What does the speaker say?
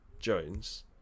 jones